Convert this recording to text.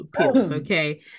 okay